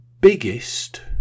biggest